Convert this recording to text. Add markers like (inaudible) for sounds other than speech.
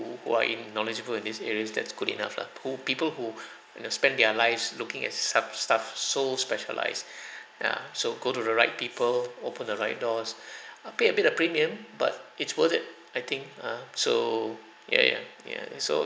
who are in knowledgeable in these areas that's good enough lah who (breath) people who (breath) you know spend their lives looking at sub~ stuff so specialized (breath) ya so go to the right people open the right doors (breath) uh pay a bit a premium but it's worth it I think err so ya ya ya so